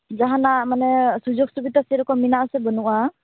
ᱡᱟᱦᱟᱱᱟᱜ ᱢᱟᱱᱮ ᱥᱩᱡᱳᱜᱽ ᱥᱩᱵᱤᱵᱷᱟ ᱥᱮᱨᱚᱠᱚᱢ ᱢᱮᱱᱟᱜᱼᱟ ᱥᱮ ᱵᱟᱹᱱᱩᱜᱼᱟ